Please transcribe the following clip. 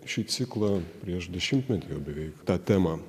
šį ciklą prieš dešimtmetį jau beveik tą temą